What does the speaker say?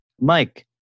mike